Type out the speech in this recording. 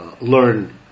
learn